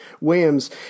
Williams